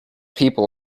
people